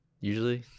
usually